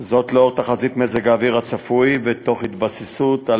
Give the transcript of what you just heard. זאת לאור תחזית מזג האוויר הצפוי ותוך התבססות על